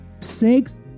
Six